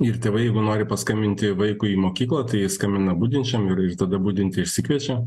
ir tėvai jeigu nori paskambinti vaikui į mokyklą tai jie skambina budinčiam ir ir tada budinti išsikviečia